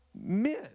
men